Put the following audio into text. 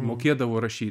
mokėdavo rašy